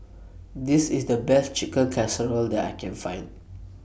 This IS The Best Chicken Casserole that I Can Find